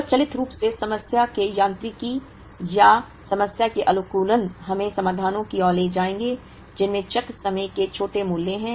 स्वचालित रूप से समस्या के यांत्रिकी या समस्या के अनुकूलन हमें समाधानों की ओर ले जाएंगे जिनमें चक्र समय के छोटे मूल्य हैं